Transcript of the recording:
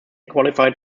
qualified